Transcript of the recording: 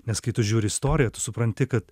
nes kai tu žiūri istoriją tu supranti kad